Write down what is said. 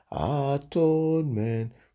atonement